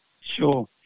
Sure